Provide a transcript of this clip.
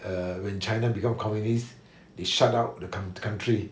err when china become communist they shut down the coun~ country